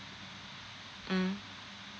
mm